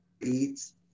Eats